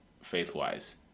faith-wise